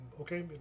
Okay